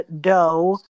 dough